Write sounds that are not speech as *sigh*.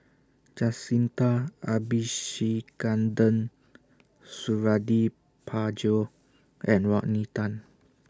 Jacintha *unintelligible* Suradi Parjo and Rodney Tan